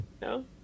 No